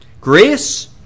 Grace